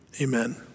amen